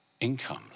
income